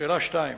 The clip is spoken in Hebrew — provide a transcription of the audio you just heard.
שאלה 2: